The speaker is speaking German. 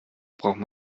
braucht